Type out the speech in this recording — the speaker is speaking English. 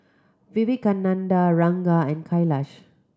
Vivekananda Ranga and Kailash